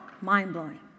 mind-blowing